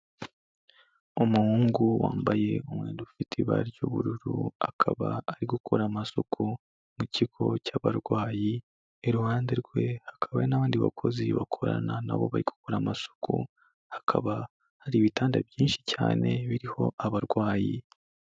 Umuhungu wambaye umwenda ufite ibara ry'ubururu akaba ari gukora amasuku mu kigo cy'abarwayi, iruhande rwe hakaba n'abandi bakozi bakorana na bo bari gukora amasuku, hakaba hari ibitanda byinshi cyane biriho abarwayi.